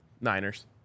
Niners